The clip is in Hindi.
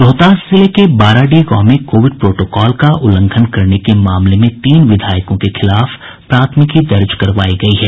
रोहतास जिले के बाराडीह गांव में कोविड प्रोटोकॉल का उल्लंघन करने के मामले में तीन विधायकों के खिलाफ प्राथमिकी दर्ज करवायी गयी है